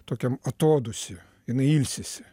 tokiam atodūsy jinai ilsisi